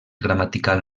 gramatical